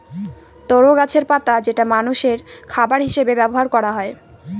তরো গাছের পাতা যেটা মানষের খাবার হিসেবে ব্যবহার করা হয়